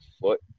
foot